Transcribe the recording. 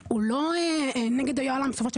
הם לא נגד היוהל"ם.